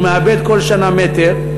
הוא מאבד כל שנה מטר,